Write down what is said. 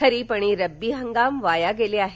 खरीप आणि रब्बी हंगाम वाया गेले आहेत